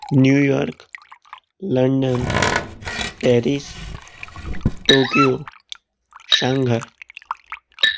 New York London Paris Tokyo Shanghai